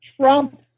Trump